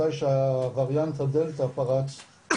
מתי שהווריאנט הדלתא פרץ,